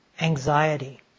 anxiety